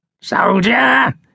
Soldier